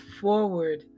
forward